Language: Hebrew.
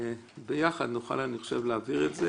וביחד נוכל להעביר את זה,